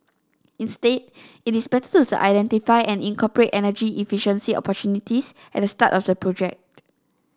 instead it is better to identify and incorporate energy efficiency opportunities at the start of the project